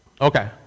Okay